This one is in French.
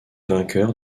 vainqueur